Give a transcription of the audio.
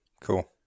Cool